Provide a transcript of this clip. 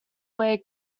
where